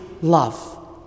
love